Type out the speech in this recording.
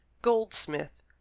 Goldsmith